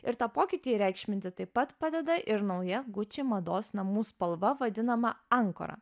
ir tą pokytį įreikšminti taip pat padeda ir nauja gucci mados namų spalva vadinama ankora